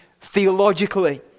theologically